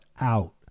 out